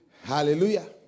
Hallelujah